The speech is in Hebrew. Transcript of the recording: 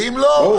ואם לא,